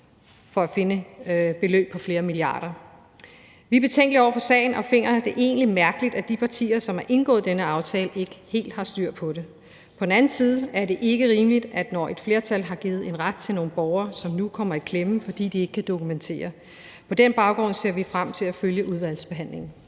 for at finde beløb på flere milliarder. Vi er betænkelige over for sagen og finder, at det egentlig er mærkeligt, at de partier, som har indgået denne aftale, ikke helt har styr på det. På den anden side er det ikke rimeligt, når et flertal har givet en ret til nogle borgere, som nu kommer i klemme, fordi de ikke kan dokumentere. På den baggrund ser vi frem til at følge udvalgsbehandlingen.